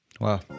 Wow